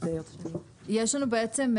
יש לנו בעצם,